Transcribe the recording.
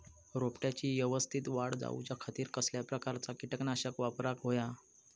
रोपट्याची यवस्तित वाढ जाऊच्या खातीर कसल्या प्रकारचा किटकनाशक वापराक होया?